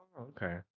Okay